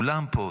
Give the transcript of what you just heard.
כולם פה.